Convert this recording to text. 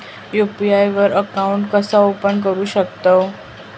UPI वर account कसा open करू शकतव?